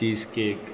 cheese cake